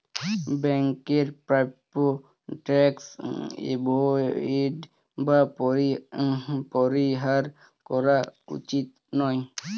ব্যাংকের প্রাপ্য tax avoid বা পরিহার করা উচিত নয়